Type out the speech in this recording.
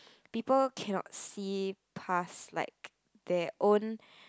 people cannot see past like their own